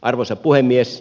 arvoisa puhemies